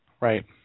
Right